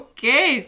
Okay